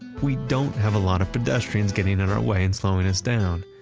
we don't have a lot of pedestrians getting in our way and slowing us down.